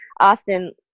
often